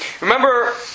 Remember